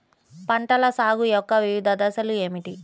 పంటల సాగు యొక్క వివిధ దశలు ఏమిటి?